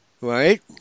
Right